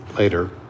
Later